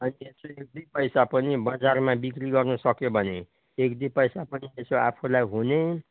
अनि यसो एक दुई पैसा पनि बजारमा बिक्री गर्नु सक्यो भने एक दुई पैसा पनि यसो आफूलाई हुने